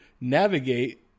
navigate